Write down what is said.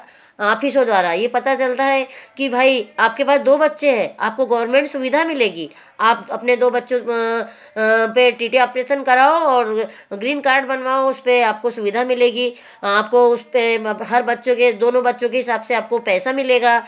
आंफिसों द्वारा यह पता चलता है कि भाई आपके पास दो बच्चे हैं आपको गोवेरमेंट सुविध्गा मिलेगी आप अपने दो बच्चों पर टी टी ओपरेसन कराओ और ग्रीन कार्ड बनवाओ उस पर आपको सुविधा मिलेगी आपको उस पर हर बच्चो के दोनों बच्चों की हिसाब से आपको पैसा मिलेगा